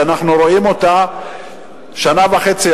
אנחנו רואים אותה שנה וחצי,